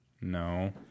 No